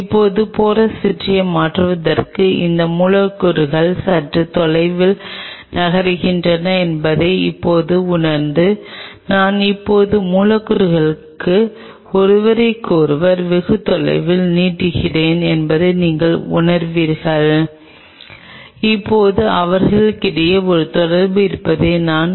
இப்போது நீங்கள் செல்கள் மற்றும் அதைச் சுற்றியுள்ள சிறிய மெல்லிய அடுக்கு செல்களை மன்றாடியவுடன் இந்த கவர் சீட்டு உங்களிடம் உள்ளது நீங்கள் செல் சஸ்பென்ஷனை எடுத்துக் கொள்ளுங்கள் அதை அங்கேயே நிறுத்துங்கள் முதலில் அது பரவுகிறதா இல்லையா என்பதைப் பாருங்கள்